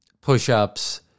push-ups